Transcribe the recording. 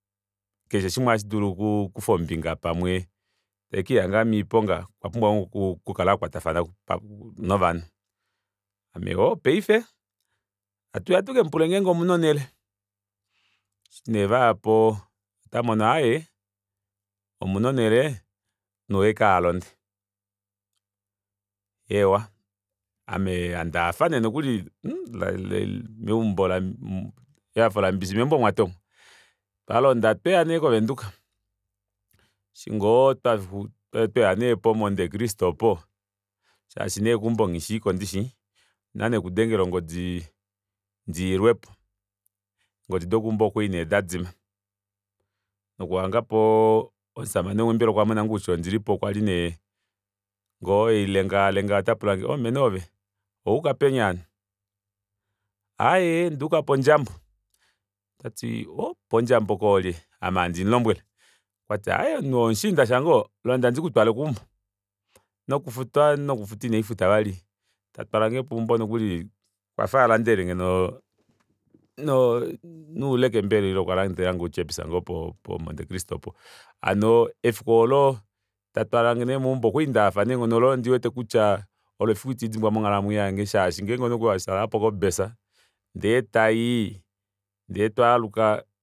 Keshe shimwe ohashidulu okukufa ombinga pamwe tekihanga moiponga okwa pumbwa ngoo okukala hakwatafana novanhu ame oo paife hatuya tukemupule ngenge omuna onele eshi nee vayapo aaye omuna onele neuye ashike alonde eewa ame handahafa nee nokuli ehafo lambishi meumbo mwatomwa twalonda tweya nee kovenduka eshi ngoo tweya nee po monte cristo opo shaashi nee keumbo nghishiko ndishi ondina nee okudenga ongodi ndiilwepo eengodi dokeumbo okwali nee dadima nokuhangapo omushamane umwe mbela okwamona ngoo kutya ondilipo hailengaalenga yee otapaulange menoove owayuka peni hano aaye ondayuka po wambo location po wambo location koolye ame handi mulombwele okwati aaye omunhu oo omushinda shange oo londa ndikutwale keumbo noku futa inandifuta vali tatwalange keumbo nokuli okwafa alandelelenge nouleke mbela ile okwalandelange ou chips po monte cristo opo hano efiku oolo tatwalange nee meumbo okwali ndahafa neenghono loo olo efiku ndiwete kutya olo efiku ita ndidimbwa monghalamwenyo yange shaashi ngee omunhu okwali washaalapo ko bus ndee tayii ndee twaluka